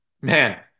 Man